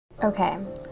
Okay